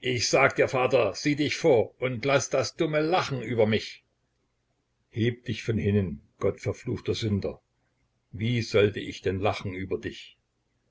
ich sag dir vater sieh dich vor und laß das dumme lachen über mich heb dich von hinnen gottverfluchter sünder wie sollte ich denn lachen über dich